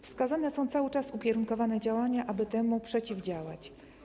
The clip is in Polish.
Wskazane są cały czas ukierunkowane działania, aby można było temu przeciwdziałać.